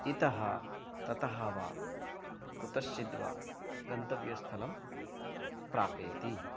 इतः ततः वा कुतश्चिद्वा गन्तव्यस्थलं प्रापयति